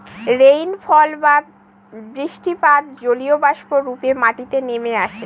rainfall বা বৃষ্টিপাত জলীয়বাষ্প রূপে মাটিতে নেমে আসে